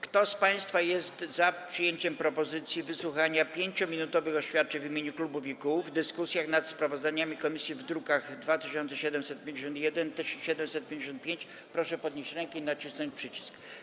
Kto z państwa jest za przyjęciem propozycji wysłuchania 5-minutowych oświadczeń w imieniu klubów i kół w dyskusjach nad sprawozdaniami komisji z druków nr 2751 i 2755, proszę podnieść rękę i nacisnąć przycisk.